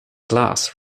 glass